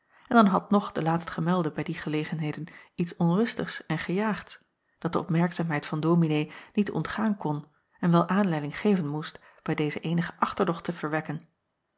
en dan had nog de laatstgemelde bij die gelegenheden iets onrustigs en gejaagds dat de opmerkzaamheid van ominee niet ontgaan kon en wel aanleiding geven moest bij dezen eenige achterdocht te verwekken